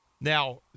Now